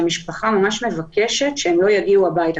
והמשפחה ממש מבקשת שהם לא יגיעו הביתה,